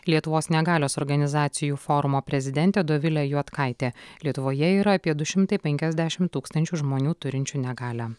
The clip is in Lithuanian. lietuvos negalios organizacijų forumo prezidentė dovilė juodkaitė lietuvoje yra apie du šimtai penkiasdešimt tūkstančių žmonių turinčių negalią